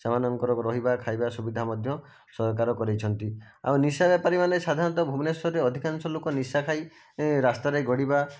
ସେମାନଙ୍କର ରହିବା ଖାଇବା ସୁବିଧା ମଧ୍ୟ ସରକାର କରାଇଛନ୍ତି ଆଉ ନିଶା ବେପାରୀମାନେ ସାଧାରଣତଃ ଭୁବନେଶ୍ୱରରେ ଅଧିକାଂଶ ଲୋକ ନିଶା ଖାଇ ରାସ୍ତାରେ ଗଡ଼ିବା